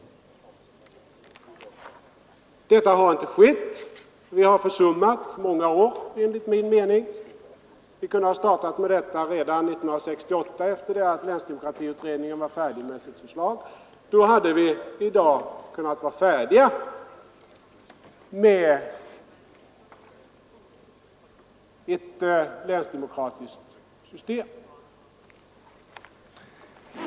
Så har inte skett. Under många år har vi försummat att göra det. Vi kunde ha startat med den saken redan 1968, sedan länsdemokratiutredningen blivit färdig med sitt förslag. Då hade vi i dag kunnat vara färdiga med ett länsdemokratiskt system.